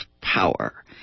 power